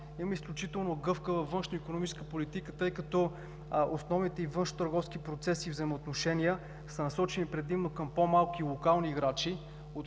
има изключително гъвкава външноикономическа политика, тъй като основните й външни търговски процеси и взаимоотношения са насочени предимно към по-малки и локални играчи,